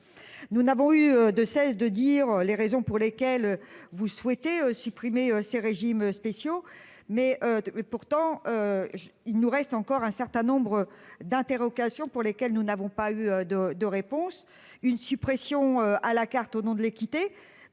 Nous n'avons eu de cesse de dire les raisons pour lesquelles vous souhaitez supprimer ces régimes spéciaux mais mais pourtant. Il nous reste encore un certain nombre d'interrogations pour lesquels nous n'avons pas eu de, de réponse une suppression à la carte au nom de l'équité.